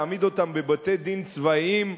להעמיד אותם בבתי-דין צבאיים,